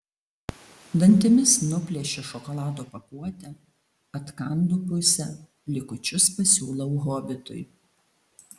dantimis nuplėšiu šokolado pakuotę atkandu pusę likučius pasiūlau hobitui